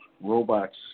robots